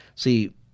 See